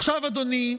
עכשיו, אדוני,